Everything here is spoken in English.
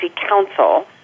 Council